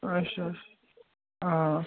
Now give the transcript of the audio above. अच्छा हां